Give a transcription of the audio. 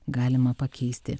galima pakeisti